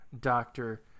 doctor